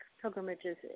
pilgrimages